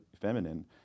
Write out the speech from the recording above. feminine